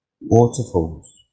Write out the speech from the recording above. waterfalls